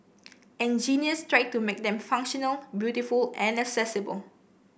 engineers tried to make them functional beautiful and accessible